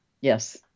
Yes